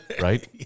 Right